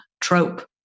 trope